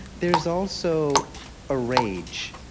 there's also a rage